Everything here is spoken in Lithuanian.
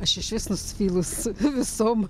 aš išvis nusivylus visom